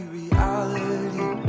reality